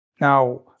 Now